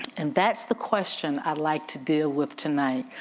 and that's the question i'd like to deal with tonight.